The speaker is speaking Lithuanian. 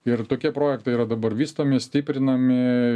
ir tokie projektai yra dabar vystomi stiprinami